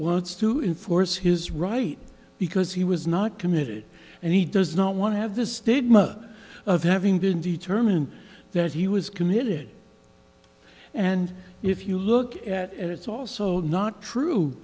wants to enforce his right because he was not committed and he does not want to have the stigma of having been determined that he was committed and if you look at it it's also not true